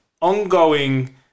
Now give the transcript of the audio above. ongoing